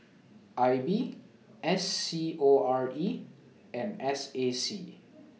I B S C O R E and S A C